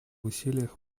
усилиях